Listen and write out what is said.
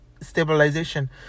stabilization